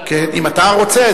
כן, אם אתה רוצה.